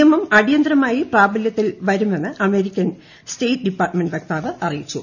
നിയമം അടിയന്തിരമായി പ്രാബലൃത്തിൽ വരുമെന്ന് അമേരിക്കൻ സ്റ്റേറ്റ് ഡിപ്പാർട്ട്മെന്റ് പ്ലക്താവ് അറിയിച്ചു